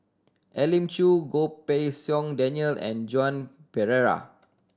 Elim Chew Goh Pei Siong Daniel and Joan Pereira